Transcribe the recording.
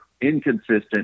inconsistent